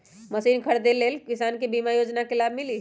Machine खरीदे ले किसान के बीमा योजना के लाभ मिली?